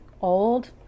old